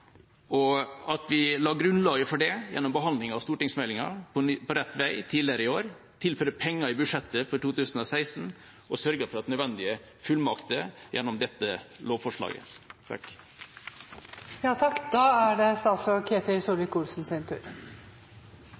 gunstigere pris. Vi la grunnlaget for det gjennom behandlingen av stortingsmeldinga På rett vei tidligere i år. Nå tilfører vi penger i budsjettet for 2016 og sørger for nødvendige fullmakter gjennom dette lovforslaget. Jeg setter pris på at Stortinget i dag vedtar det lovforslaget som er